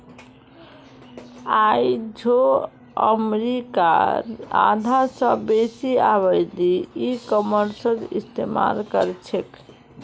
आइझो अमरीकार आधा स बेसी आबादी ई कॉमर्सेर इस्तेमाल करछेक